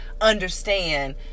understand